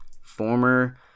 former